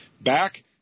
back